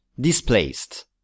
displaced